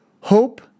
Hope